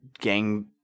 gang